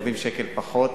אם גובים שקל פחות,